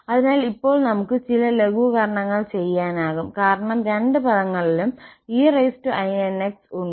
അതിനാൽ ഇപ്പോൾ നമുക്ക് ചില ലഘൂകരണങ്ങൾ ചെയ്യാനാകും കാരണം രണ്ട് പദങ്ങളിലും einx ഉണ്ട്